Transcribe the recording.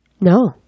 No